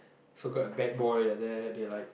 so called a bad boy like that they like